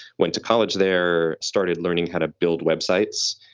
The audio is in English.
went to college there, started learning how to build websites.